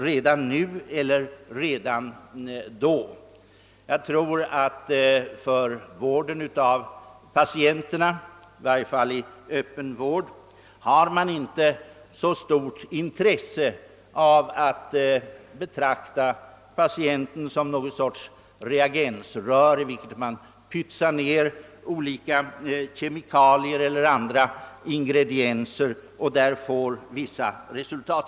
Jag tror inte det är av så stort intresse för vården av patienterna, i varje fall inte beträffande öppen vård, att betrakta vederbörande som någon sorts reagensrör i vilket man pytsar ner olika kemikalier eller andra ingredienser, varefter man får vissa resultat.